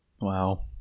wow